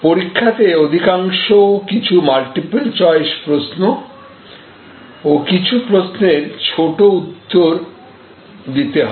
পরীক্ষাতে অধিকাংশ কিছু মাল্টিপল চয়েস প্রশ্ন এবং কিছু প্রশ্নের ছোট উত্তর দিতে হবে